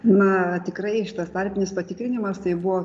na tikrai šitas tarpinis patikrinimas tai buvo